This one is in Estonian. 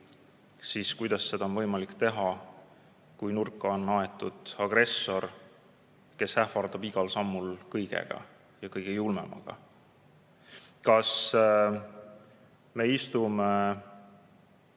siis kuidas seda on võimalik teha, kui nurka on aetud agressor, kes ähvardab igal sammul kõigega ja kõige julmemaga? Kas me istume,